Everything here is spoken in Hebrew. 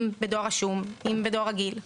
אם בדואר רשום ואם בדואר רגיל.